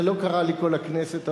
זה לא קרה לי כל הכנסת הזאת,